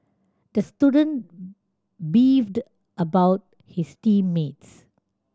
the student beefed about his team mates